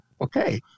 Okay